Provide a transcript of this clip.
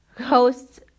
hosts